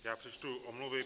Já přečtu omluvy.